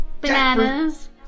bananas